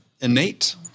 innate